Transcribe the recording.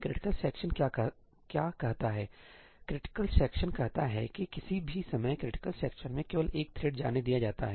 critical section क्या कहता है क्रिटिकल सेक्शन कहता है कि किसी भी समय क्रिटिकल सेक्शन में केवल एक थ्रेड जाने दिया जाता है